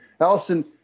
Allison